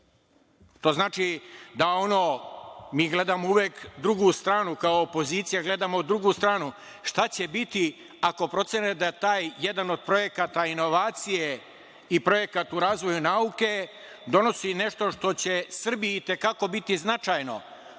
To znači da ono, mi gledamo uvek drugu stranu kao opozicija, šta će biti ako procene da jedan od projekata inovacije i projekat o razvoju nauke donosi nešto što će Srbiji biti i te kako značajno,